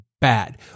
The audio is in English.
bad